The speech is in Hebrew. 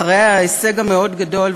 אחרי ההישג המאוד גדול,